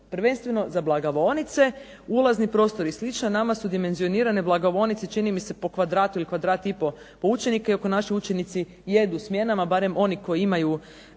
Prvenstveno za blagovaonice, ulazni prostor i slično. Nama su dimenzionirane blagovaonice po kvadratu ili kvadrat i pol po učeniku, iako naši učenici jedu u smjenama, barem oni koji imaju